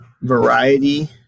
Variety